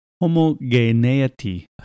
Homogeneity